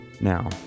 Now